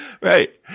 Right